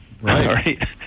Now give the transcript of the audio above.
right